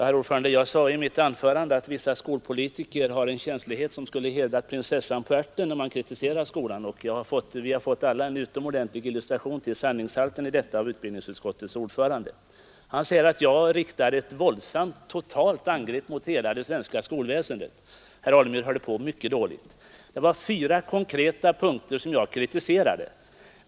Herr talman! Jag sade i mitt anförande att vissa skolpolitiker har en känslighet när man kritiserar skolan som skulle hedra prinsessan på ärten. Vi har nu av utbildningsutskottets ordförande fått en utomordentlig illustration till sanningshalten i detta påstående. Han säger att jag riktat ett våldsamt totalt angrepp mot hela det svenska skolväsendet. Herr Alemyr hörde på mycket dåligt. Det var på fyra konkreta punkter jag framförde kritik.